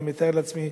אני מתאר לעצמי,